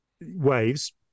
waves